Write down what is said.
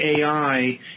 AI